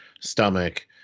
stomach